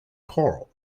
choral